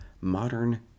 modern